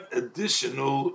additional